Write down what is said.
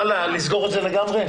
ואללה, לסגור את זה לגמרי?